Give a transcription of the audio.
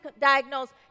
diagnosed